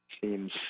seems